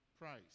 price